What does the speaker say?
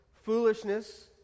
foolishness